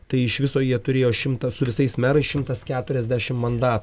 tai iš viso jie turėjo šimtą su visais merais šimtas keturiasdešimt mandatų